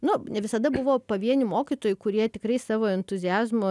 nu ne visada buvo pavienių mokytojų kurie tikrai savo entuziazmo